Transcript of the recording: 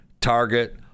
Target